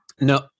No